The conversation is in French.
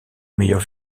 meilleur